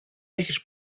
έχεις